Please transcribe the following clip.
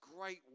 great